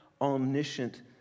omniscient